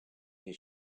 his